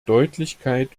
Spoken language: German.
deutlichkeit